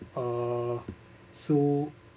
err so